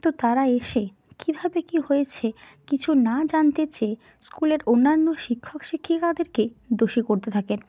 তো তারা এসে কীভাবে কী হয়েছে কিছু না জানতে চেয়ে স্কুলের অন্যান্য শিক্ষক শিক্ষিকাদেরকে দোষী করতে থাকেন